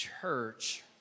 church